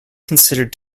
considered